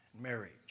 marriage